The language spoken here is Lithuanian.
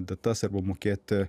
datas arba mokėti